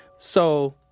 so,